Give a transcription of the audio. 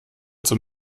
zum